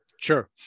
Sure